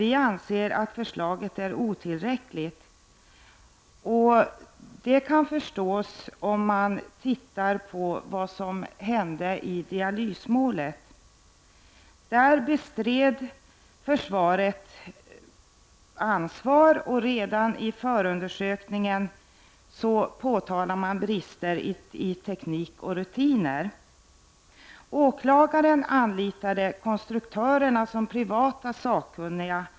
Vi anser emellertid att förslaget är otillräckligt, vilket kan förstås om man ser vad som hände i dialysmålet. Försvaret bestred straffansvar och pekade redan i förundersökningen på brister i teknik och rutiner. Åklagaren anlitade under förundersökningen konstruktörerna som privata sakkunniga.